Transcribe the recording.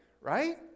right